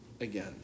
again